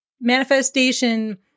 manifestation